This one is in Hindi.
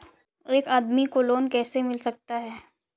एक आदमी को लोन कैसे मिल सकता है?